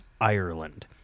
Ireland